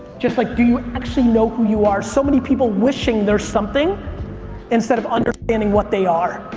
just like do you actually know who you are? so many people wishing they're something instead of understanding what they are.